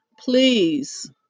please